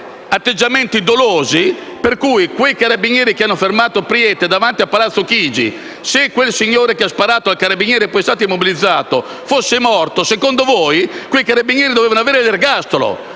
atteggiamenti dolosi. Per cui quei carabinieri che hanno fermato Preiti davanti a Palazzo Chigi, se quel signore che ha sparato al carabiniere e che poi è stato immobilizzato fosse morto, secondo voi dovevano avere l'ergastolo,